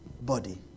body